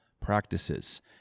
practices